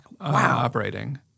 operating